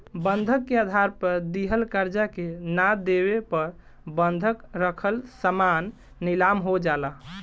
बंधक के आधार पर दिहल कर्जा के ना देवे पर बंधक रखल सामान नीलाम हो जाला